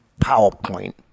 PowerPoint